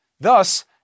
Thus